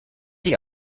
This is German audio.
sich